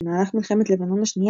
במהלך מלחמת לבנון השנייה,